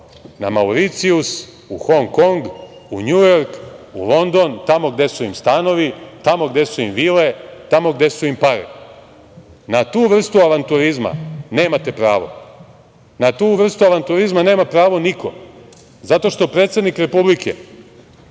na Mauricijus, u Hongkong, u Njujork, u London, tamo gde su im stanovi, tamo gde su im vile, tamo gde su im pare. Na tu vrstu avanturizma nemate pravo. Na tu vrstu avanturizma nema pravo niko, zato što predsednik Republike